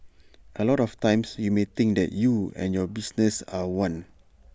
A lot of times you may think that you and your business are one